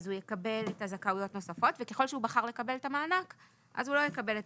את הזכאויות הנוספות וככל שהוא בחר לקבל את המענק אז הוא לא יקבל את